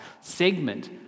segment